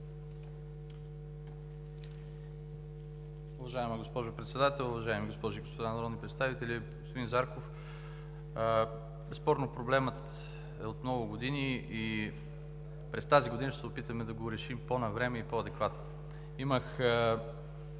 Уважаема госпожо Председател, уважаеми госпожи и господа народни представители! Господин Зарков, безспорно проблемът е от много години и през тази година ще се опитаме да го решим по-навреме и по-адекватно. Имах